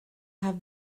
have